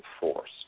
force